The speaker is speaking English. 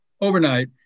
Overnight